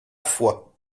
fois